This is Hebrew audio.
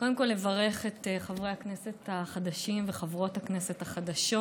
כול בלברך את חברי הכנסת החדשים וחברות הכנסת החדשות: